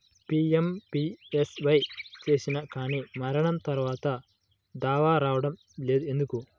PMBSY చేసినా కానీ మరణం తర్వాత దావా రావటం లేదు ఎందుకు?